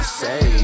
say